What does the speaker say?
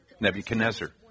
Nebuchadnezzar